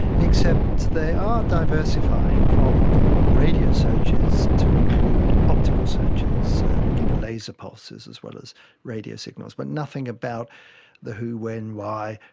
except they are diversifying from radio searches to include optical searches, looking for laser pulses as well as radio signals, but nothing about the who, when, why,